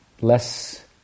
less